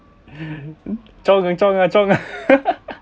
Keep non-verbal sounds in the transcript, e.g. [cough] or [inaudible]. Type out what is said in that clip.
[laughs] chiong ah chiong ah chiong ah [laughs]